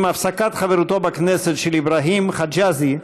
עם הפסקת חברותו בכנסת של אבראהים חג'אזי,